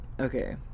Okay